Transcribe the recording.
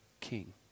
king